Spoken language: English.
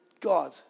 God